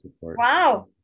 wow